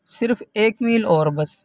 صرف ایک میل اور بس